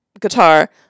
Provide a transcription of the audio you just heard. guitar